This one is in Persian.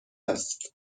است